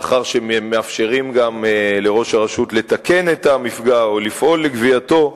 לאחר שמאפשרים גם לראש הרשות לתקן את המפגע או לפעול להפסקתו,